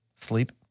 Sleep